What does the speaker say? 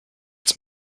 its